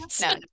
No